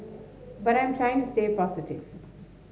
but I'm trying to stay positive